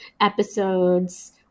episodes